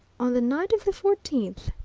on the night of the fourteenth?